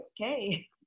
okay